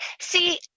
See